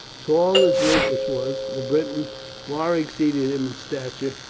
tall as lupus was, the briton far exceeded him in stature,